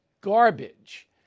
garbage